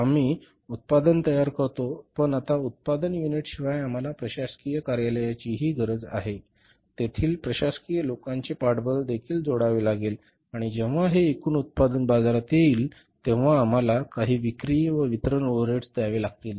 आम्ही उत्पादन तयार करतो पण आता उत्पादन युनिटशिवाय आम्हाला प्रशासकीय कार्यालयाचीही गरज आहे तेथील प्रशासकीय लोकांचे पाठबळदेखील जोडावे लागेल आणि जेव्हा हे एकूण उत्पादन बाजारात जाईल तेव्हा आम्हाला काही विक्री व वितरण ओव्हरहेड्स द्यावे लागतील